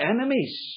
enemies